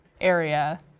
area